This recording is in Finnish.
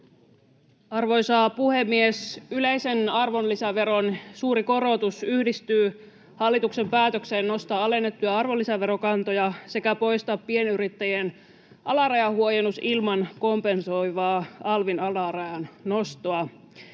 Arvoisa puhemies! Yleisen arvonlisäveron suuri korotus yhdistyy hallituksen päätökseen nostaa alennettuja arvonlisäverokantoja sekä poistaa pienyrittäjien alarajahuojennus ilman kompensoivaa alvin alarajan nostoa.